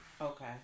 Okay